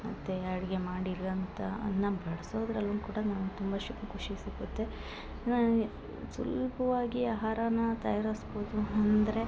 ಮತ್ತು ಅಡ್ಗೆ ಮಾಡಿಲ್ಲಂತ ಅನ್ನ ಬಡ್ಸೋದರಲ್ಲೂ ಕೂಡನು ತುಂಬ ಶು ಖುಷಿ ಸಿಗುತ್ತೆ ಸುಲಭ್ವಾಗಿ ಅಹಾರನ ತಯಾರಿಸ್ಬೌದು ಅಂದರೆ